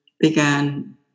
began